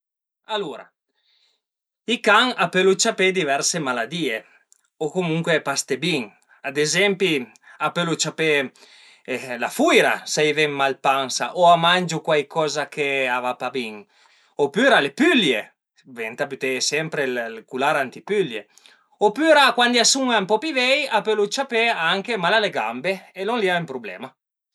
Alura i can a pölu ciapé diverse maladìe o comuncue pa ste bin, ad ezempi a pölu ciapé la fuira s'a i ven mal dë pansa o a mangiu cuaicoza che a va pa bin opüra le pülie, venta büteie sempre ël cular antipülie opüra cuandi a sun ën po pi vei a pölu ciapé anche mail a le gambe e lon li al e ën prublema